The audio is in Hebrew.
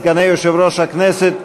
סגני יושב-ראש הכנסת,